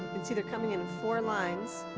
see they're coming in four lines.